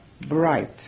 bright